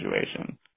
situation